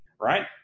Right